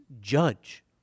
judge